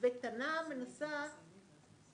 ותנה מנסה